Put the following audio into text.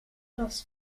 das